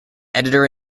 editor